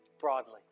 broadly